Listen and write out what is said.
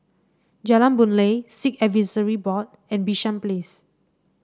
Jalan Boon Lay Sikh Advisory Board and Bishan Place